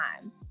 time